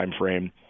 timeframe